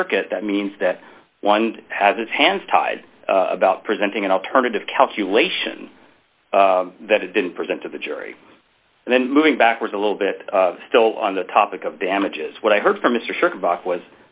circuit that means that one has its hands tied about presenting an alternative calculation that had been present to the jury and then moving backwards a little bit still on the topic of damages what i heard from mr shirton back was